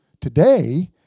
Today